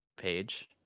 page